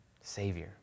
Savior